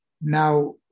Now